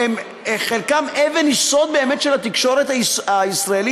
שחלקם אבן יסוד באמת של התקשורת הישראלית,